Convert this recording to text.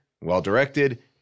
well-directed